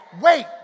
Wait